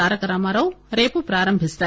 తారక రామా రావు రేపు ప్రారంభిస్తారు